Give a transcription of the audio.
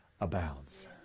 abounds